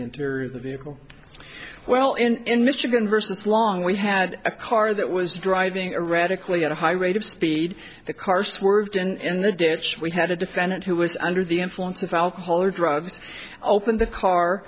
of the vehicle well in in michigan versus long we had a car that was driving erratically at a high rate of speed the car swerved and in the ditch we had a defendant who was under the influence of alcohol or drugs opened the